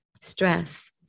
stress